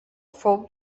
fou